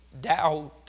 doubt